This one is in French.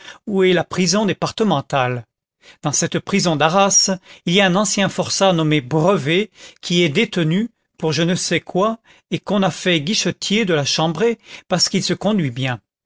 où est la prison départementale dans cette prison d'arras il y a un ancien forçat nommé brevet qui est détenu pour je ne sais quoi et qu'on a fait guichetier de chambrée parce qu'il se conduit bien